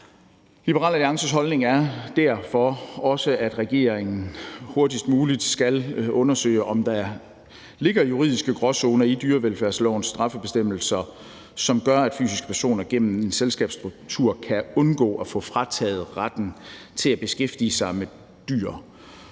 Liberal Alliances holdning er derfor også, at regeringen hurtigst muligt skal undersøge, om der ligger juridiske gråzoner i dyrevelfærdslovens straffebestemmelser, som gør, at fysiske personer gennem en selskabsstruktur kan undgå at få frataget retten til at beskæftige sig med dyr.